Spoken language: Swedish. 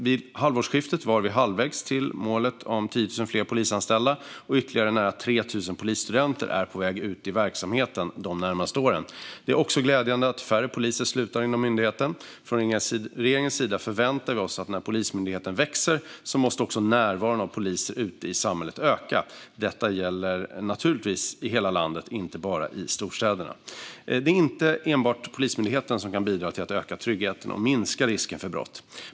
Vid halvårsskiftet var vi halvvägs till vårt mål om 10 000 fler polisanställda, och ytterligare nära 3 000 polisstudenter är på väg ut i verksamheten de närmaste åren. Det är också glädjande att färre poliser slutar inom myndigheten. Från regeringens sida förväntar vi oss att när Polismyndigheten växer måste också närvaron av poliser ute i samhället öka. Detta gäller naturligtvis i hela landet, inte bara i storstäderna. Det är inte enbart Polismyndigheten som kan bidra till att öka tryggheten och minska risken för brott.